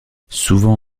souvent